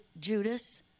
Judas